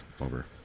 over